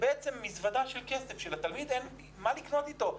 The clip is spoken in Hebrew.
בעצם מזוודה של כסף שלתלמיד אין מה לקנות איתו.